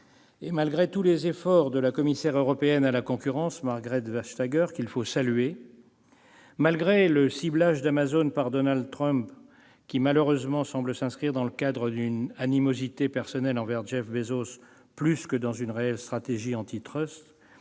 Malgré tous les efforts de la commissaire européenne à la concurrence, Margrethe Vestager, qu'il faut saluer, malgré le ciblage d'Amazon par Donald Trump, qui, malheureusement, semble s'inscrire dans le cadre d'une animosité personnelle envers Jeff Bezos plus que dans une réelle stratégie antitrust,